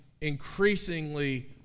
increasingly